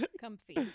Comfy